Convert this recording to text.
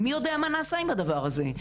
מי יודע מה נעשה עם הדבר הזה,